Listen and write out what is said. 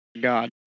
god